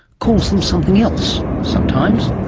calls them something else sometimes.